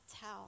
tell